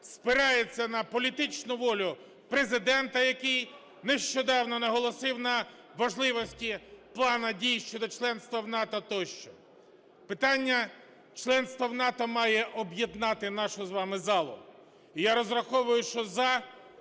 спирається на політичну волю Президента, який нещодавно наголосив на важливості Плану дій щодо членства в НАТО тощо. Питання членства в НАТО має об'єднати нашу з вами залу. Я розраховую, що "за"